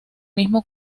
mismo